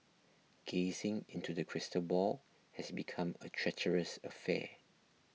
gazing into the crystal ball has become a treacherous affair